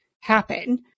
happen